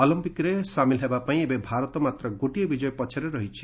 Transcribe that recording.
ଅଲିମ୍ପିକ୍ରେ ସାମିଲ ହେବା ପାଇଁ ଏବେ ଭାରତ ମାତ୍ର ଗୋଟିଏ ବିଜୟ ପଛରେ ରହିଛି